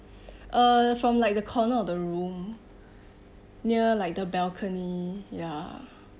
uh from like the corner of the room near like the balcony ya